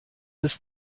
ist